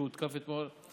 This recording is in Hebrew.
שהותקף אתמול,